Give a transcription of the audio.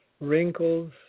wrinkles